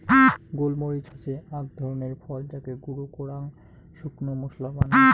গোল মরিচ হসে আক ধরণের ফল যাকে গুঁড়ো করাং শুকনো মশলা বানায়